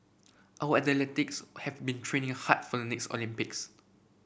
our athletes have been training hard for the next Olympics